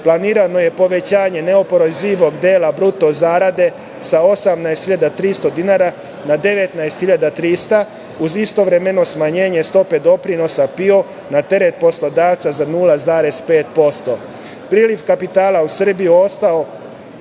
Planirano je povećanje neoporezivog dela bruto zarade sa 18.300 dinara na 19.300, uz istovremeno smanjenje stope doprinosa PIO na teret poslodavca za 0,5%.Priliv kapitala u Srbiju ostao